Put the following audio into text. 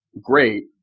great